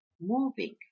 moving